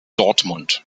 dortmund